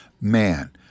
man